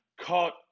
caught